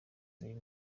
uyu